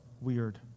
weird